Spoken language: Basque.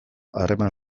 harreman